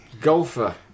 Golfer